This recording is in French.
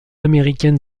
américaine